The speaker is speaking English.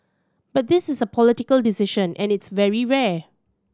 but this is a political decision and it's very rare